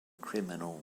criminal